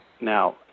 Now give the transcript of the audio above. Now